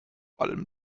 allem